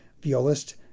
violist